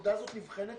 הנקודה הזאת נבחנת.